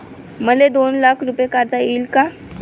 मले दोन लाख रूपे काढता येईन काय?